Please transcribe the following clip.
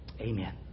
Amen